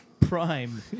prime